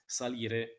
salire